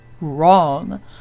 wrong